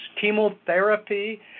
chemotherapy